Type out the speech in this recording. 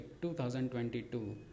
2022